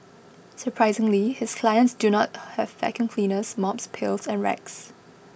surprisingly his clients do not have vacuum cleaners mops pails and rags